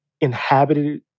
inhabited